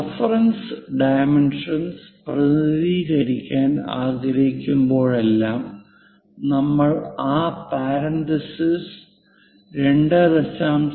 reference dimensions പ്രതിനിധീകരിക്കാൻ ആഗ്രഹിക്കുമ്പോഴെല്ലാം നമ്മൾ ആ പരാന്തിസിസും 2